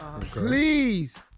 please